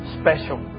special